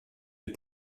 est